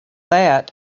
that